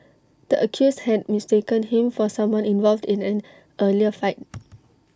the accused had mistaken him for someone involved in an earlier fight